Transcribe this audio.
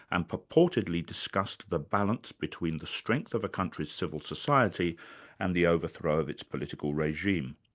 and purportedly discussed the balance between the strength of a country's civil society and the overthrow of its political regime.